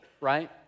right